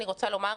הגיוני.